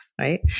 right